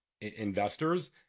investors